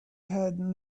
had